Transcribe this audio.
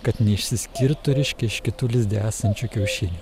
kad neišsiskirtų reiškia iš kitų lizde esančių kiaušinių